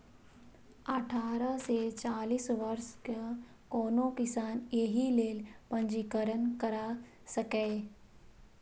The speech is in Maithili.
अठारह सं चालीस वर्षक कोनो किसान एहि लेल पंजीकरण करा सकैए